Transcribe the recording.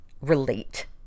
relate